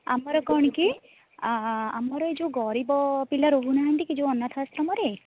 ଆମର କ'ଣ କି ଆମର ଏ ଯେଉଁ ଗରିବ ପିଲା ରହୁନାହାନ୍ତି କି ଯେଉଁ ଅନାଥ ଆଶ୍ରମରେ